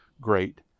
great